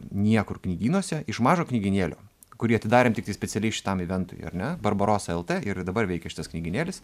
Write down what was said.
niekur knygynuose iš mažo knygynėlio kurį atidarėm tiktai specialiai šitam iventui ar ne barbarosa lt ir dabar veikia šitas knygynėlis